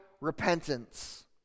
repentance